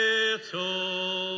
Little